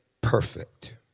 perfect